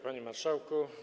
Panie Marszałku!